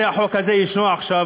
לכן החוק הזה ישנו עכשיו,